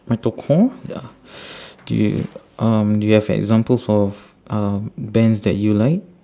metalcore ya do you um do you have examples of uh bands that you like